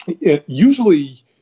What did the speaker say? Usually